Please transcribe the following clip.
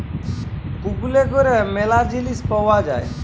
কুপলে ক্যরে ম্যালা জিলিস পাউয়া যায়